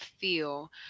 feel